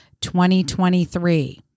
2023